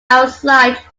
outside